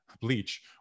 bleach